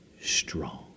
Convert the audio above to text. strong